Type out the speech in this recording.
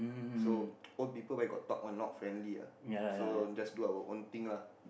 so old people where got talk [one] not friendly ah so just do our own thing lah